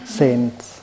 saints